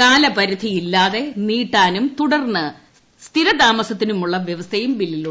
കാലപ്പരിക്രിയില്ലാതെ നീട്ടാനും തുടർന്ന് സ്ഥിരതാമസത്തിനുമുള്ള് വ്യവസ്ഥയും ബില്ലിലുണ്ട്